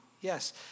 Yes